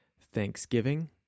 Thanksgiving